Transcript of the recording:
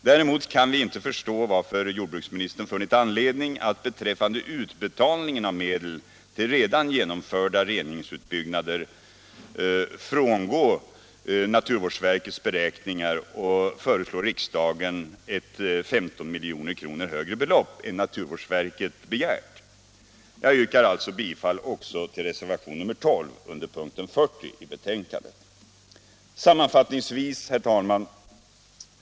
Däremot kan vi inte förstå varför jordbruksministern funnit anledning att beträffande utbetalningen av medel till redan genomförda reningsverksutbyggnader frångå naturvårdsverkets beräkningar och föreslå riksdagen ett 15 milj.kr. högre belopp än vad naturvårdsverket begärt. Jag yrkar alltså bifall också till reservationen 12 under punkten 40 i betänkandet. Sammanfattningsvis, herr talman!